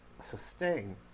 sustain